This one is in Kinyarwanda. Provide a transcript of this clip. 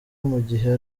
mugihe